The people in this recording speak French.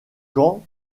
camp